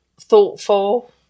Thoughtful